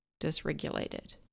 dysregulated